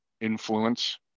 influence